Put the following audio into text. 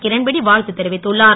கிரண்பேடி வா த்து தெரிவித்துள்ளார்